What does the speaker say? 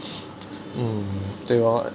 mm 对 lor